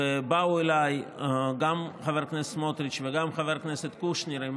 ובאו אליי גם חבר הכנסת סמוטריץ' וגם חבר הכנסת קושניר עם